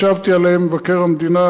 ישבתי עליהן עם מבקר המדינה,